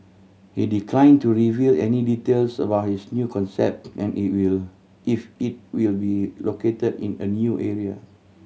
he decline to reveal any details about his new concept and if will if it will be located in a new area